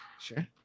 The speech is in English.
Sure